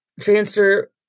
transfer